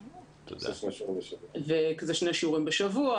זה שני שיעורים בשבוע,